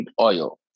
oil